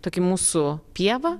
tokia mūsų pieva